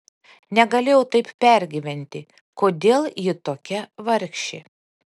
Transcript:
negalėjau taip pergyventi kodėl ji tokia vargšė